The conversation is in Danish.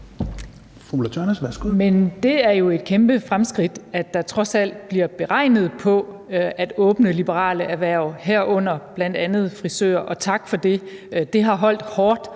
det er jo et kæmpe fremskridt, at der trods alt bliver beregnet på at åbne liberale erhverv, herunder bl.a. frisører, og tak for det. Det har holdt hårdt